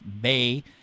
Bay